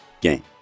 game